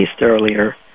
earlier